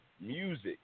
music